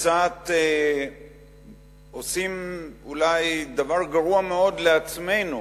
וקצת עושים, אולי, דבר גרוע מאוד לעצמנו.